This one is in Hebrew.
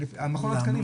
מכון התקנים,